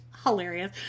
Hilarious